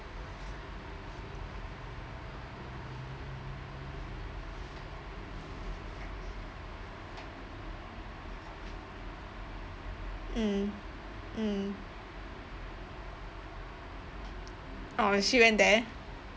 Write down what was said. mm mm orh she went there